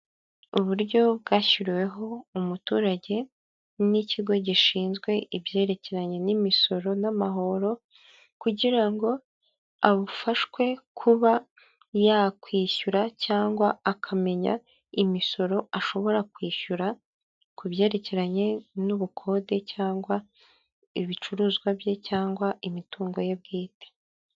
Uburyo bwashyiriweho umuturage n'ikigo gishinzwe ibyerekeranye n'imisoro n'amahoro kugira ngo afashwe kuba yakwishyura cyangwa akamenya imisoro ashobora kwishyura ku byerekeranye n'ubukode cyangwa ibicuruzwa bye cyangwa imitungo ye bwite.